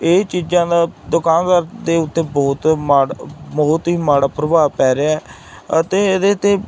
ਇਹ ਚੀਜ਼ਾਂ ਦਾ ਦੁਕਾਨਦਾਰ ਦੇ ਉੱਤੇ ਬਹੁਤ ਮਾੜਾ ਬਹੁਤ ਹੀ ਮਾੜਾ ਪ੍ਰਭਾਵ ਪੈ ਰਿਹਾ ਅਤੇ ਇਹਦੇ 'ਤੇ